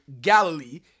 Galilee